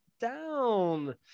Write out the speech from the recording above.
down